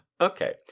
Okay